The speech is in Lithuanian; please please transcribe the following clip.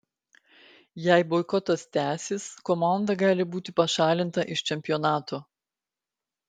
jei boikotas tęsis komanda gali būti pašalinta iš čempionato